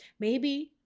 maybe,